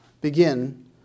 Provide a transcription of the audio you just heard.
begin